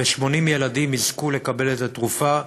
וש-80 ילדים יזכו לקבל את התרופה,